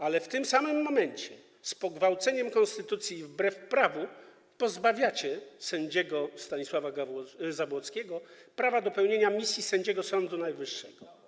Ale w tym samym momencie, z pogwałceniem konstytucji - wbrew prawu - pozbawiacie sędziego Stanisława Zabłockiego prawa do pełnienia misji sędziego Sądu Najwyższego.